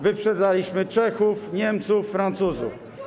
Wyprzedzaliśmy Czechów, Niemców, Francuzów.